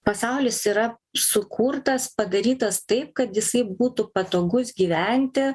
pasaulis yra sukurtas padarytas taip kad jisai būtų patogus gyventi